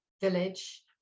village